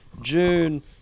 June